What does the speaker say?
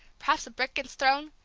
perhaps a brick gets thrown.